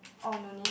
orh no need